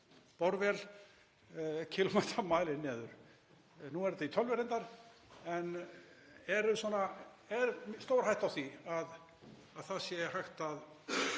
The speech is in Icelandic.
borvél kílómetramæli niður? Nú er þetta í tölvu reyndar, en er stór hætta á því að það sé hægt að